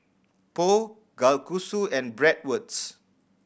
Pho Kalguksu and Bratwurst